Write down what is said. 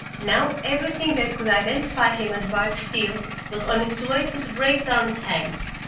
now everything that could identify him as bart steele was on its way to the breakdown tanks.